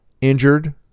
Injured